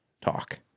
talk